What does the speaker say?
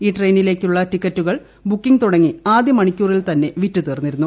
ഈ ട്രെയിനിലേക്കുള്ള ടിക്കറ്റുകൾ ബുക്കിംഗ് തുടങ്ങി ആദ്യ മണിക്കൂറിൽ തന്നെ വിറ്റ് തീർന്നിരുന്നു